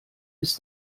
bis